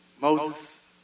Moses